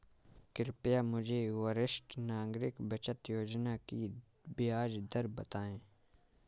कृपया मुझे वरिष्ठ नागरिक बचत योजना की ब्याज दर बताएं?